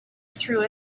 through